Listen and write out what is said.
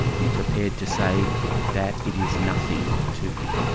be prepared to say that it is nothing to you.